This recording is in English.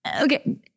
Okay